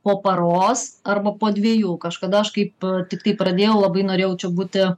po paros arba po dviejų kažkada aš kaip tiktai pradėjau labai norėjau čia būti